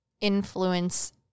influence